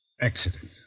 accident